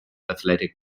athletic